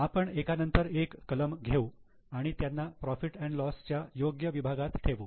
आपण एका नंतर एक कलम घेऊ आणि त्यांना profit and loss profit loss च्या योग्य विभागात ठेवू